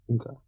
Okay